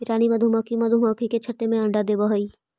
रानी मधुमक्खी मधुमक्खी के छत्ते में अंडा देवअ हई